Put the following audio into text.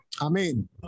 Amen